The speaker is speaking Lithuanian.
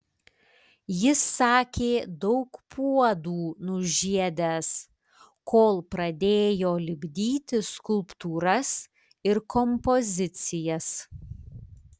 jis sakė daug puodų nužiedęs kol pradėjo lipdyti skulptūras ir kompozicijas